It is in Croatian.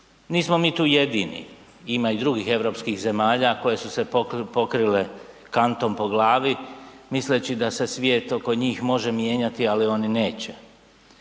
Nismo mi tu jedini. Ima i drugih europskih zemalja koje su se pokrile kantom po glavi, misleći da se svijet oko njih može mijenjati, ali oni neće.